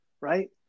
right